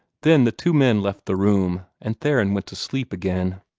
then the two men left the room, and theron went to sleep again.